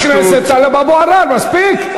חבר הכנסת טלב אבו עראר, מספיק.